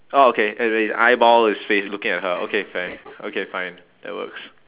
orh okay as in eyeball is fac~ looking at her okay fair okay fine that works